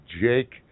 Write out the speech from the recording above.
Jake